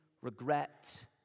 regret